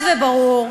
חד וברור,